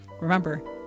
Remember